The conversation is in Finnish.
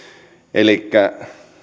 elikkä